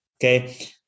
Okay